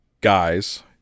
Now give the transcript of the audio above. guys